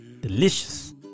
delicious